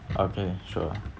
okay sure